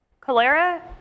Cholera